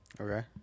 Okay